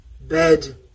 bed